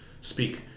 speak